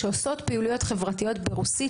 שעושות פעילויות חברתיות ברוסית,